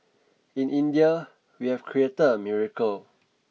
in India we have created a miracle